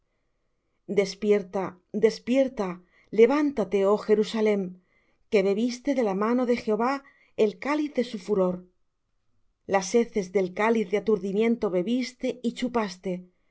despierta despierta levántate oh jerusalem que bebiste de la mano de jehová el cáliz de su furor las heces del cáliz de aturdimiento bebiste y chupaste